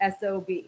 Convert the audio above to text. SOB